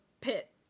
pit